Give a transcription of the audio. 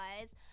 guys